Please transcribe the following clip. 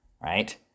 Right